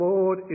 Lord